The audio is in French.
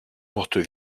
portes